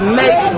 make